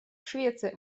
швеция